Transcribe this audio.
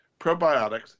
probiotics